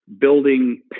building